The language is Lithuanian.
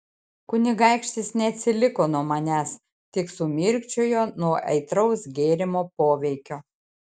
kunigaikštis neatsiliko nuo manęs tik sumirkčiojo nuo aitraus gėrimo poveikio